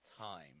time